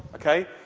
ok?